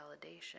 validation